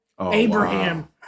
Abraham